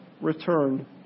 return